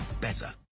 better